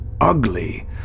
ugly